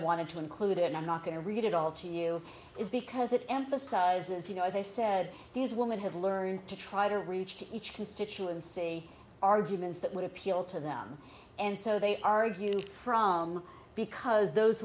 wanted to include and i'm not going to read it all to you is because it emphasizes you know as i said these women have learned to try to reach to each constituency arguments that would appeal to them and so they argue from because those